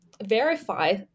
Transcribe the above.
verify